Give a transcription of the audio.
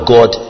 God